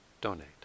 donate